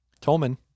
Tolman